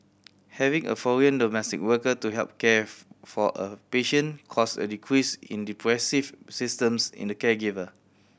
having a foreign domestic worker to help care for a patient caused a decrease in depressive systems in the caregiver